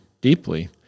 deeply